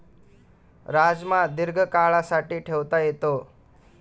राजमा दीर्घकाळासाठी ठेवता येतो